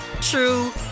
true